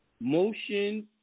motion